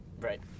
Right